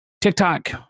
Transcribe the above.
TikTok